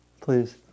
please